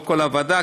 לא כל הוועדה,